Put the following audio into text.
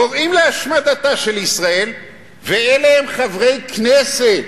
קוראים להשמדתה של ישראל, ואלה הם חברי כנסת.